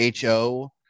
HO